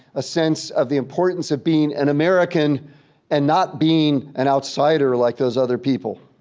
a sense of the importance of being an american and not being an outsider like those other people.